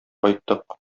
кайттык